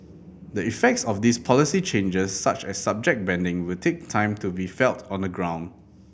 the effects of these policy changes such as subject banding will take time to be felt on the ground